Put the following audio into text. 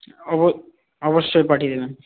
অবশ্যই পাঠিয়ে দেবেন